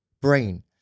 brain